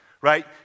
Right